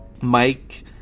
Mike